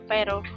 Pero